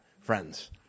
friends